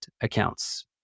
accounts